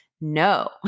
No